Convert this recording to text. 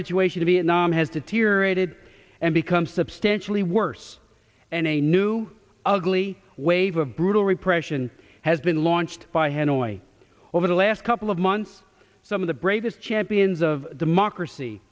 situation to be in has deteriorated and become substantially worse and a new ugly wave of brutal repression has been launched by hanoi over the last couple of months some of the bravest champions of democracy